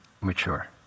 mature